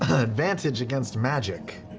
advantage against magic.